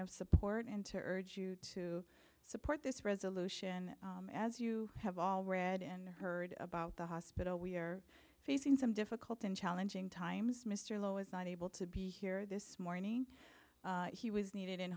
of support and to urge you to support this resolution as you have all read and heard about the hospital we are facing some difficult and challenging times mr lowe is not able to be here this morning he was needed in